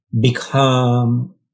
become